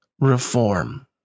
reform